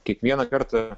kiekvieną kartą